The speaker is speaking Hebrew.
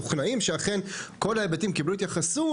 להיות משוכנעים שאכן כל ההיבטים קיבלו התייחסות?